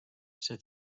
see